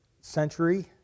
century